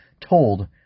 told